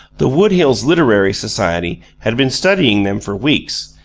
the wood hills literary society had been studying them for weeks,